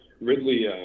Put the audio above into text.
Ridley